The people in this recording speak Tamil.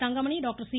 Thangamani doctor C